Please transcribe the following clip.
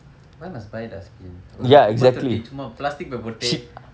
why must buy dustbin ஒரு குப்பைத்தொட்டி சும்மா:oru kuppaitthotti summa plastic bag போட்டு:pottu